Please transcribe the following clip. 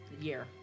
year